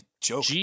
joke